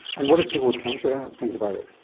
and what did people with cancer think about it?